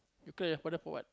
you cry your father for what